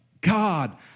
God